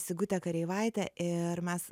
sigute kareivaitė ir mes